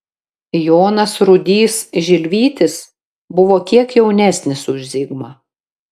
jonas rudys žilvytis buvo kiek jaunesnis už zigmą